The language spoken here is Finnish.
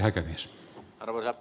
arvoisa puhemies